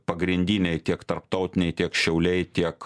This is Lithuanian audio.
pagrindiniai tiek tarptautiniai tiek šiauliai tiek